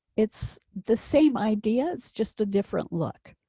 it's the same ideas just a different look.